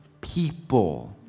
people